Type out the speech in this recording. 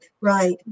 right